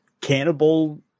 Cannibal